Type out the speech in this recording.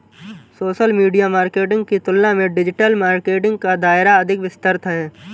social media marketing की तुलना में डिजिटल मार्केटिंग का दायरा अधिक विस्तृत है